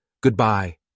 Goodbye